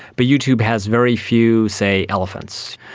but youtube has very few, say, elephants.